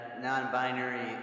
non-binary